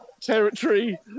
territory